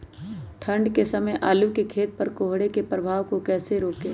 ठंढ के समय आलू के खेत पर कोहरे के प्रभाव को कैसे रोके?